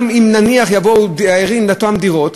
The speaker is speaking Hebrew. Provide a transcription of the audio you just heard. גם אם נניח שיבואו דיירים לאותן דירות,